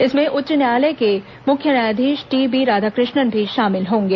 इसमें उच्च न्यायालय के मुख्य न्यायाधीश टीबी राधाकृष्णन भी शामिल होंगे